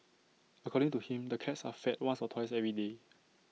according to him the cats are fed once or twice every day